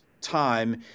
time